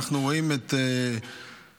אנחנו רואים את ארדואן,